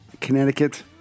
Connecticut